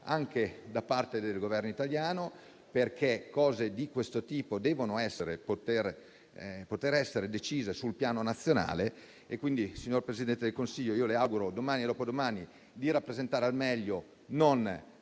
anche da parte del Governo italiano, perché cose di questo tipo devono poter essere decise sul piano nazionale. Quindi, signor Presidente del Consiglio, le auguro domani o dopodomani di rappresentare al meglio non